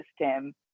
system